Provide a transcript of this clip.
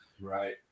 Right